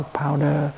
powder